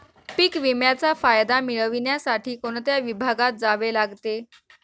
पीक विम्याचा फायदा मिळविण्यासाठी कोणत्या विभागात जावे लागते?